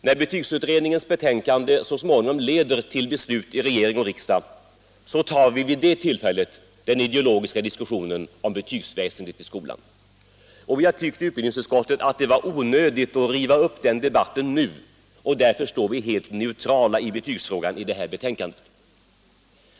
När betygsutredningens betänkande så småningom leder till förslag får vi ta den ideologiska diskussionen om betygsväsendet i skolan. Vi har i utbildningsutskottet tyckt att det är onödigt att riva upp den debatten nu. Därför står vi i det här betänkandet helt neutrala i betygsfrågan.